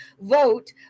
vote